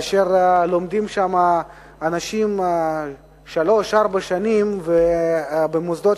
שלומדים שם אנשים שלוש-ארבע שנים במוסדות